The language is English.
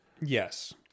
Yes